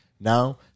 now